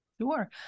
Sure